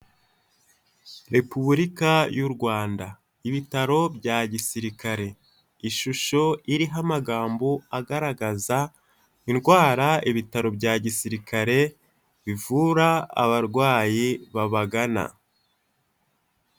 Repubulika y' u Rwanda, ibitaro bya gisirikare, ishusho iriho amagambo agaragaza indwara ibitaro bya gisirikare bivura abarwayi babagana.